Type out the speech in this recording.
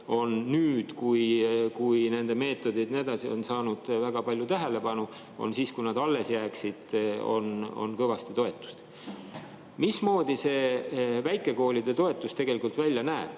on nüüd, kui nende meetodid ja [muu] on saanud väga palju tähelepanu, juhul kui nad alles jäävad, kõvasti toetust. Mismoodi see väikekoolide toetus tegelikult välja